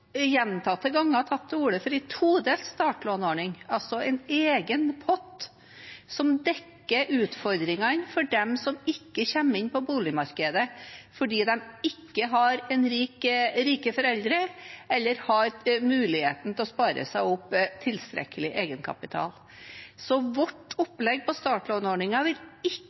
gjentatte ganger tatt til orde for en todelt startlånordning, altså en egen pott som dekker utfordringene for dem som ikke kommer inn på boligmarkedet fordi de ikke har rike foreldre eller mulighet til å spare seg opp tilstrekkelig egenkapital. Så vårt opplegg for startlånordningen vil altså ikke